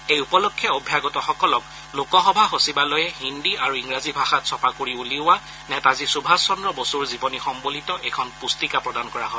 এই উপলক্ষে অভ্যাগতসকলক লোকসভা সচিবালয়ে হিন্দী আৰু ইংৰাজী ভাষাত ছপা কৰি উলিওৱা নেতাজী সুভাষ চন্দ্ৰ বসুৰ জীৱনী সম্বলিত এখন পুস্তিকা প্ৰদান কৰা হয়